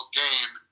game